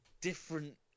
different